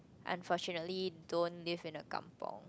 unfortunately don't live in a kampung